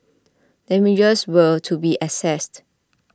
damages were to be assessed